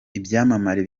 ibyamamare